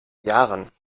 jahren